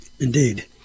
indeed